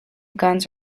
guns